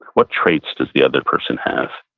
what traits does the other person have?